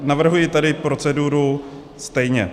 Navrhuji tedy proceduru stejně.